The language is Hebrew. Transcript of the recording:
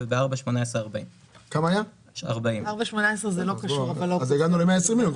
ב-4.18 היה 40. אז הגענו ל-120 מיליון,